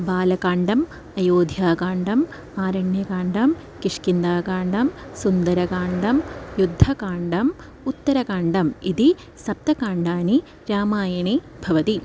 बालकाण्डम् अयोध्याकाण्डम् अरण्यकाण्डं किष्किन्धाकाण्डं सुन्दरकाण्डं युद्धकाण्डम् उत्तरकाण्डम् इति सप्तकाण्डानि रामायणे भवन्ति